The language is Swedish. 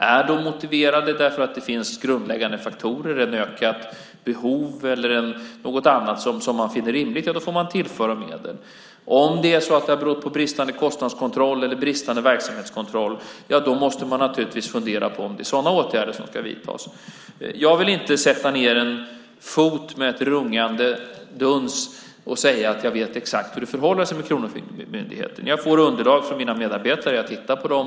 Är kostnadsökningarna motiverade utifrån grundläggande faktorer, ett ökat behov eller något annat som man finner rimligt, ja, då får man tillföra medel. Om det har berott på bristande kostnads eller verksamhetskontroll måste man naturligtvis fundera på om det är sådana åtgärder som ska vidtas. Jag vill inte sätta ned foten med en rungande duns och säga att jag vet exakt hur det förhåller sig med Kronofogdemyndigheten. Jag får underlag från mina medarbetare, och jag tittar på dem.